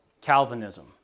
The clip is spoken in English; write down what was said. calvinism